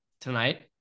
tonight